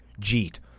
jeet